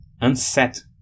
unset